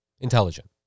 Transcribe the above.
intelligent